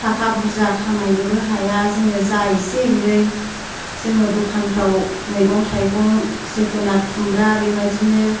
थाखा बुरजा खामायनोबो हाया जोङो जा एसे एनै जोङो दखानफ्राव मैगं थाइगं जोगोनाद खुमब्रा बेबायदिनो